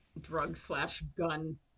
drug-slash-gun